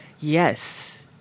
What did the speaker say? Yes